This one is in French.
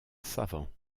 savant